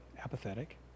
apathetic